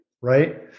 right